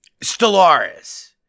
Stellaris